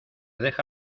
deja